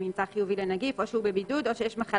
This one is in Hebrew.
נמצא חיובי לנגיף, או הוא בבידוד או יש מחלה